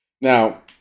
Now